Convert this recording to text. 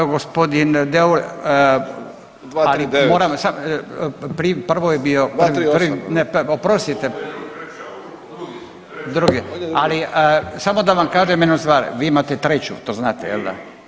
Gospodin Deur [[Upadica: 239.]] moram samo, prvo je bio [[Upadica: 238. pardon.]] oprostite … [[Upadica se ne razumije.]] drugi, ali samo da vam kažem jednu stvar, vi imate treću to znate jel da?